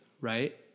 right